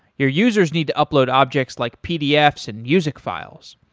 your users need to upload objects like pdfs and music files.